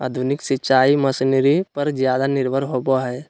आधुनिक सिंचाई मशीनरी पर ज्यादा निर्भर होबो हइ